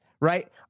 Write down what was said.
right